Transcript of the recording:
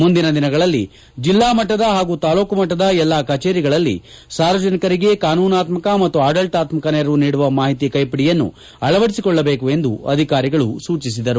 ಮುಂದಿನ ದಿನಗಳಲ್ಲಿ ಜಿಲ್ಲಾ ಮಟ್ಟದ ಹಾಗೂ ತಾಲೂಕು ಮಟ್ಟದ ಎಲ್ಲಾ ಕಚೇರಿಗಳಲ್ಲಿ ಸಾರ್ವಜನಿಕರಿಗೆ ಕಾನೂನಾತ್ಮಕ ಮತ್ತು ಆಡಳಿತಾತ್ಮಕ ನೆರವು ನೀಡುವ ಮಾಹಿತಿ ಕೈಪಿಡಿಯನ್ನು ಅಳವಡಿಸೊಳ್ಳಬೇಕು ಎಂದು ಅಧಿಕಾರಿಗಳಗೆ ಅವರು ಸೂಚಿಸಿದರು